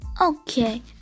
okay